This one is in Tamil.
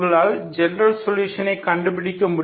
உங்களால் ஜெனரல் சொலுஷனை கண்டுபிடிக்க முடியும்